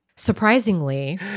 surprisingly